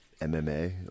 MMA